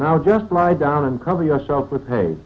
now just lie down and cover yourself with